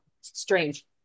strange